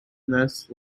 nest